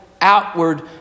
outward